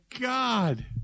God